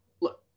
Look